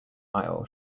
aisle